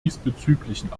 diesbezüglichen